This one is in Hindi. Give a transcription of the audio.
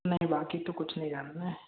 नहीं बाक़ी तो कुछ नहीं जानना है